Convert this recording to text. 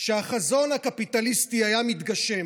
שהחזון הקפיטליסטי היה מתגשם